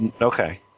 Okay